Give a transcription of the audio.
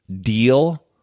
deal